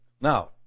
Now